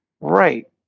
right